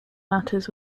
matters